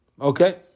Okay